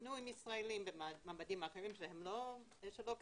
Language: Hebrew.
שהתחתנו עם ישראלים, במעמדים אחרים שלא כדין,